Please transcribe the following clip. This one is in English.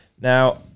Now